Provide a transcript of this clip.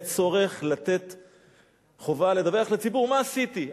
צורך וחובה לדווח לציבור מה עשיתי.